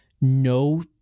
no